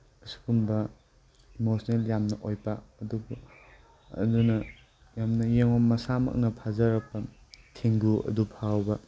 ꯑꯁꯤꯒꯨꯝꯕ ꯏꯃꯣꯁꯅꯦꯜ ꯌꯥꯝꯅ ꯑꯣꯏꯕ ꯑꯗꯨꯅ ꯌꯥꯝꯅ ꯌꯦꯡꯑꯣ ꯃꯁꯥꯃꯛꯅ ꯐꯥꯖꯔꯛꯄ ꯊꯦꯡꯒꯨ ꯑꯗꯨꯐꯥꯎꯕ ꯐꯥꯎꯕ